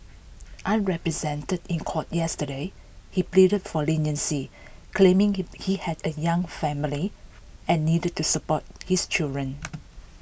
unrepresented in court yesterday he pleaded for leniency claiming him he had A young family and needed to support his children